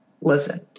Listen